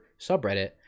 subreddit